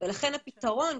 לכן הפתרון,